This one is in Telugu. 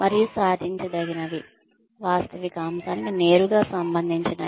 మరియు సాధించదగినది వాస్తవిక అంశానికి నేరుగా సంబంధించినది